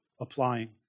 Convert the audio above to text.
Applying